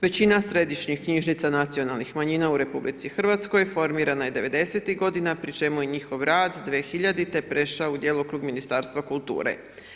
Većina središnjih knjižnica nacionalnih manjina u RH formirana je 90.-ih godina pri čemu je njihov rad 2000. prešao u djelokrug Ministarstva kulture.